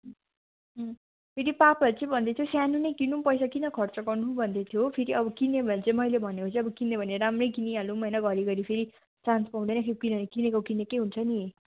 फेरि पापाहरूले चाहिँ भन्दै थियो सानो नै किनौँ पैसा किन खर्च गर्नु भन्दै थियो हो फेरि अब किन्यो भने चाहिँ मैले भनेको चाहिँ किन्यो भने राम्रै किनिहालुम् हैन घरिघरि फेरि चान्स पाउँदैन एकखेप किन्यो भने किनेको किनेकै हुन्छ नि